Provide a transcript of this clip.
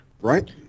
Right